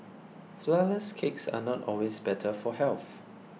Flourless Cakes are not always better for health